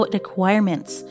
requirements